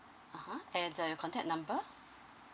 uh and your contact number